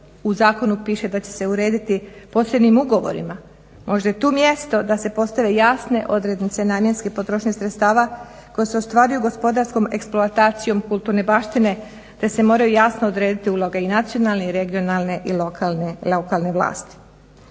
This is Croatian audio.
u zakonu piše da će se urediti posebnim ugovorima, možda je tu mjesto da se postave jasne odrednice namjenske potrošnje sredstava koja se ostvaruju gospodarskom eksploatacijom kulturne baštine te se moraju jasno odrediti uloge i nacionalne i regionalne i lokalne vlasti.